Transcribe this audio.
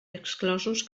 exclosos